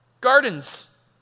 Gardens